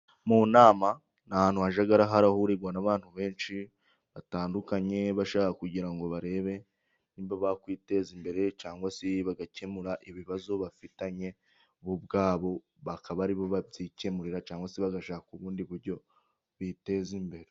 Mu nama ni ahantu hajya harahurirwa n’abantu benshi batandukanye, bashaka kugira ngo barebe uko bakwiteza imbere， cyangwa se bagakemura ibibazo bafitanye bo ubwabo， bakaba aribo babyikemurira， cyangwa se bagashaka ubundi buryo bubateza imbere.